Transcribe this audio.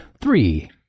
three